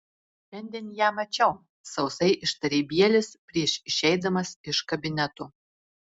šiandien ją mačiau sausai ištarė bielis prieš išeidamas iš kabineto